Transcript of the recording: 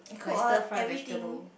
like stir fry vegetable